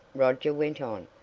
roger went on.